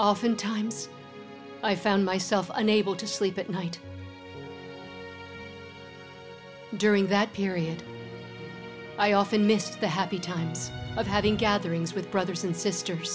oftentimes i found myself unable to sleep at night during that period i often missed the happy times of having gatherings with brothers and sisters